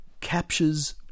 captures